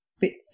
bits